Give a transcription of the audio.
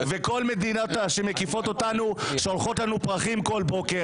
וכל המדינות שמקיפות אותנו שולחות לנו פרחים בכל בוקר.